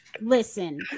Listen